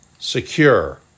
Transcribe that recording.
secure